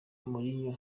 mourinho